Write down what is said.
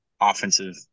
offensive